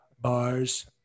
bars